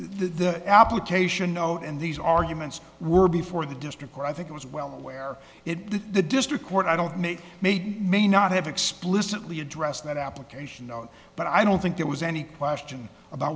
the application note and these arguments were before the district court i think it was well aware in the district court i don't make may not have explicitly addressed that application but i don't think it was any question about